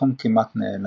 והתחום כמעט ונעלם.